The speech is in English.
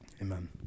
amen